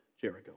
Jericho